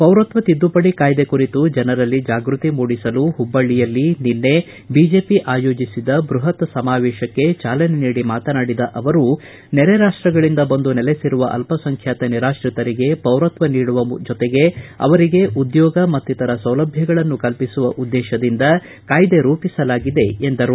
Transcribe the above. ಪೌರತ್ವ ತಿದ್ದುಪಡಿ ಕಾಯ್ದೆ ಕುರಿತು ಜನರಲ್ಲಿ ಜಾಗೃತಿ ಮೂಡಿಸಲು ಹುಬ್ಬಳ್ಳಿಯಲ್ಲಿ ನಿನ್ನೆ ಬಿಜೆಪಿ ಆಯೋಜಿಸಿದ್ದ ಬೃಪತ್ ಸಮಾವೇಶಕ್ಕೆ ಚಾಲನೆ ನೀಡಿ ಮಾತನಾಡಿದ ಅವರು ನೆರೆ ರಾಷ್ಟಗಳಿಂದ ಬಂದು ನೆಲೆಸಿರುವ ಅಲ್ಲಸಂಖ್ಯಾತ ನಿರಾಶ್ರಿತರಿಗೆ ಪೌರಕ್ವ ನೀಡುವ ಜೊತೆಗೆ ಅವರಿಗೆ ಉದ್ಯೋಗ ಮಕ್ತಿತರ ಸೌಲಭ್ಯಗಳನ್ನು ಕಲ್ಪಿಸುವ ಉದ್ದೇಶದಿಂದ ಕಾಯ್ದೆ ರೂಪಿಸಲಾಗಿದೆ ಎಂದರು